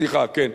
סליחה, כן.